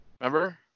Remember